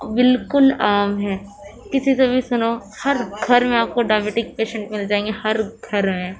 بالکل عام ہے کسی سے بھی سنو ہر گھر میں آپ کو ڈائبیٹک پیشنٹ مل جائیں گے ہر گھر میں